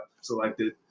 selected